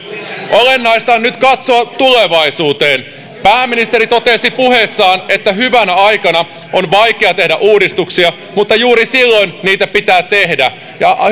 olennaista on nyt katsoa tulevaisuuteen pääministeri totesi puheessaan että hyvänä aikana on vaikea tehdä uudistuksia mutta juuri silloin niitä pitää tehdä ja